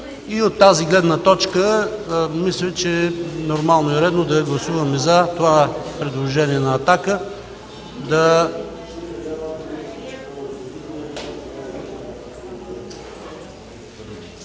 От тази гледна точка мисля, че е нормално и редно да гласуваме за това предложение на „Атака”